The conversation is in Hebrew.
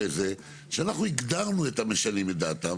אבל העניין הוא שהראיות שעל בסיסן אני מקבלת את ההחלטה שהעסקה בטלה,